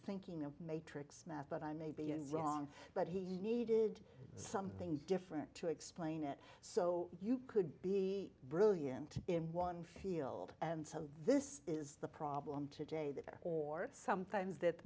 thinking of matrix math but i may be in the wrong but he needed something different to explain it so you could be brilliant in one field and so this is the problem today that there or sometimes that